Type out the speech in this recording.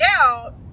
out